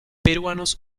peruanos